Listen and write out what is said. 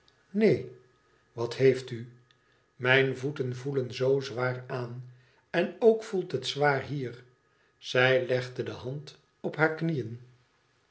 neen wat heeft u mijn voeten voelen zoo zwaar aan en ook voelt het zwaar hier zij legde de hand op haar knieen